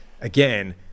again